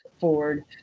forward